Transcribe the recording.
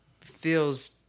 feels